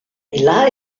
vilà